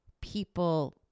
people